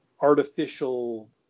artificial